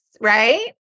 right